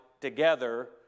together